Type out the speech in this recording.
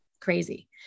Crazy